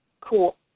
Cool